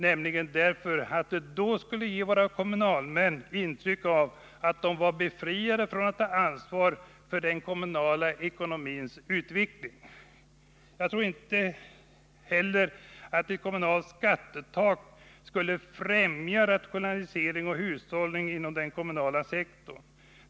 Det kan nämligen ge våra kommunalmän intryck av att de är befriade från att ta ansvar för den kommunala ekonomins utveckling. Jag tror inte heller att ett kommunalt skattetak skulle främja rationalisering och hushållning inom den kommunala sektorn.